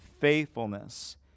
faithfulness